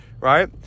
right